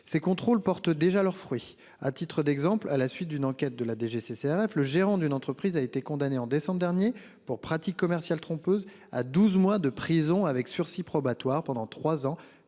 ces contrôles portent déjà leurs fruits. À titre d'exemple, à la suite d'une enquête de la DGCCRF. Le gérant d'une entreprise a été condamné en décembre dernier pour pratique commerciale trompeuse à 12 mois de prison avec sursis probatoire pendant 3 ans